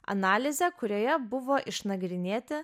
analizę kurioje buvo išnagrinėti